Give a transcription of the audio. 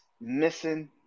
missing